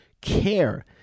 care